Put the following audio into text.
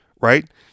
right